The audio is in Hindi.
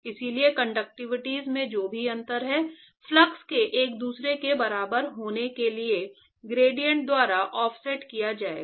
इसलिए कंडक्टिविटीज़ में जो भी अंतर है फ्लक्स के एक दूसरे के बराबर होने के लिए ग्रेडिएंट द्वारा ऑफसेट किया जाएगा